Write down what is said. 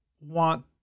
want